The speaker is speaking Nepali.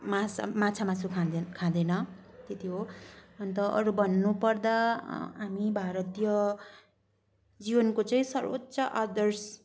माछा मासु खाँदैन त्यति हो अन्त अरू भन्नुपर्दा हामी भारतीय जीवनको चाहिँ सर्वोच्च आदर्श